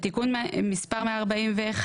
תיקון מספר 141,